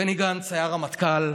בני גנץ היה רמטכ"ל.